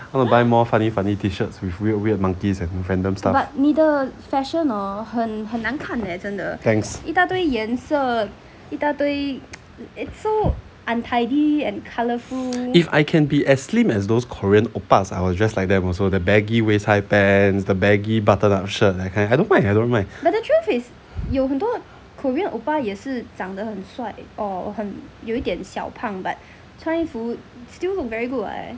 I want to buy more funny funny t-shirts with weird weird monkeys and random stuff thanks if I can be as slim as those korean I will dress like them also the baggy waist high pants the baggy button up shirt that kind I don't mind I don't mind